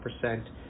percent